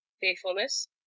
faithfulness